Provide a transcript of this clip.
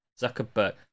Zuckerberg